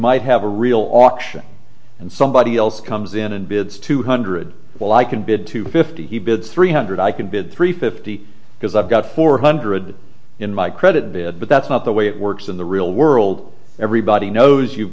might have a real auction and somebody else comes in and bids two hundred well i can bid to fifty he bids three hundred i can bid three fifty because i've got four hundred in my credit bid but that's not the way it works in the real world everybody knows you've